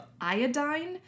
iodine